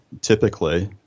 typically